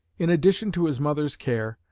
in addition to his mother's care,